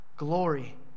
Glory